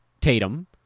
Tatum